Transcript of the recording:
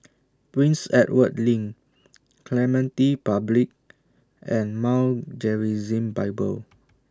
Prince Edward LINK Clementi Public and Mount Gerizim Bible